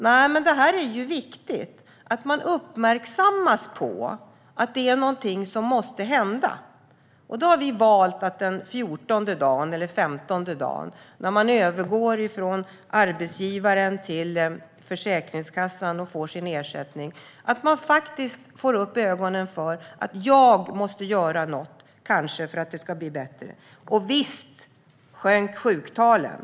Nej, men det är viktigt att man uppmärksammas på att någonting måste hända. Då har vi valt att göra detta när det gäller den 15:e dagen, när man övergår från att få ersättning från arbetsgivaren till att få ersättning från Försäkringskassan. Det handlar om att man faktiskt får upp ögonen för att man kanske måste göra något för att det ska bli bättre. Visst sjönk sjuktalen.